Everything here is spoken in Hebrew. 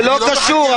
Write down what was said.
זה לא קשור.